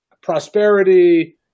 prosperity